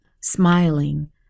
smiling